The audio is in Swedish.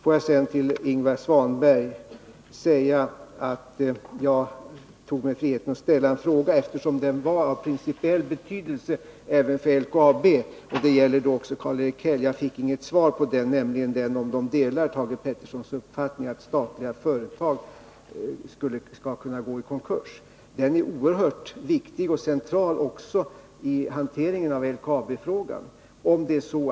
Får jag sedan till Ingvar Svanberg säga — och det gäller även Karl-Erik Häll — att jag tog mig friheten att ställa en fråga, eftersom den var av principiell betydelse även för LKAB. Jag fick inget svar på frågan — om de delar Thage Petersons uppfattning att statliga företag skall kunna gå i konkurs. Det är en oerhört viktig och central fråga också i hanteringen av LKAB:s problem.